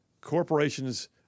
corporations